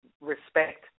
respect